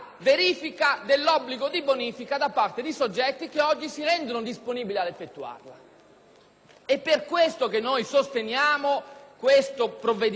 È per questo che sosteniamo tale provvedimento con il quale ripartiranno le bonifiche nel nostro Paese. Pensate a tutte le bonifiche